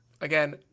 Again